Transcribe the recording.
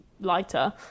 lighter